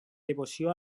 devoció